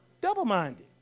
Double-minded